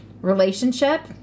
relationship